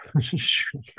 sure